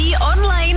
Online